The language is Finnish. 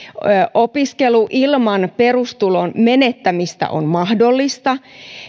opiskelu ilman perustulon menettämistä on mahdollista